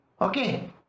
okay